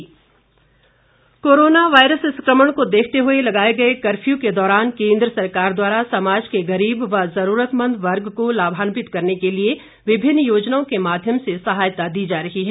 गरीब कल्याण योजना कोरोना वायरस संक्रमण को देखते हुए लगाए गए कफ्यू के दौरान केंद्र सरकार द्वारा समाज के गरीब व जरूरतमंद वर्ग को लाभान्वित करने के लिए विभिन्न योजनाओं के माध्यम से सहायता दी जा रही है